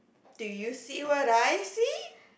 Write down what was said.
do you see what I see